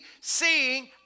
Seeing